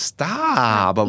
Stop